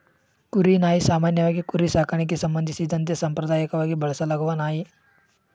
ಕುರಿ ನಾಯಿ ಸಾಮಾನ್ಯವಾಗಿ ಕುರಿ ಸಾಕಣೆಗೆ ಸಂಬಂಧಿಸಿದಂತೆ ಸಾಂಪ್ರದಾಯಕವಾಗಿ ಬಳಸಲಾಗುವ ನಾಯಿ